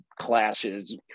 clashes